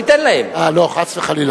הגרים ביהודה ושומרון, לא נכון, הוא לא חל?